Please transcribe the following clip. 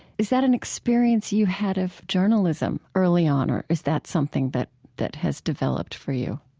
is that an experience you had of journalism early on, or is that something that that has developed for you?